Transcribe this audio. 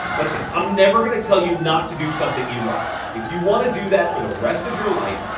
listen, i'm never going to tell you not to do something you love. if you want to do that for the rest of your life,